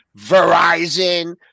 Verizon